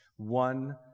one